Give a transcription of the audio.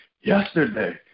Yesterday